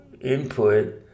input